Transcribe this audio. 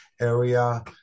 area